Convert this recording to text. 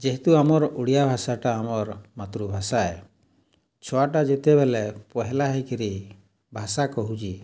ଯେହେତୁ ଆମର୍ ଓଡ଼ିଆ ଭାଷାଟା ଆମର୍ ମାତୃଭାଷା ଏ ଛୁଆଟା ଯେତେବେଲେ ପହେଲା ହେଇକିରି ଭାଷା କହୁଛେ